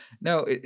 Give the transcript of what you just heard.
no